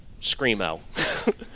screamo